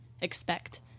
expect